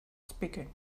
speaking